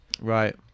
right